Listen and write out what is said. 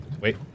Wait